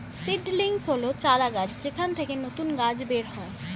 seedlings হল চারাগাছ যেখান থেকে নতুন গাছ বের হয়